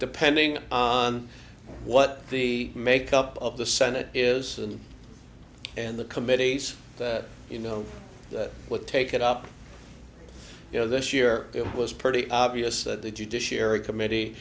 depending on what the makeup of the senate is and and the committees that you know that would take it up you know this year it was pretty obvious that the judiciary committee